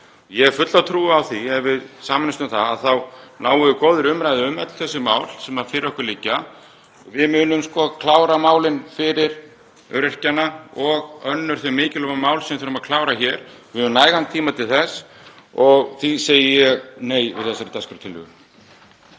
Ég hef fulla trú á því að ef við sameinumst um það þá náum við góðri umræðu um öll þessi mál sem fyrir okkur liggja. Við munum klára málin fyrir öryrkjana og önnur þau mikilvægu mál sem við þurfum að klára hér. Við höfum nægan tíma til þess og því segi ég nei við þessari dagskrártillögu.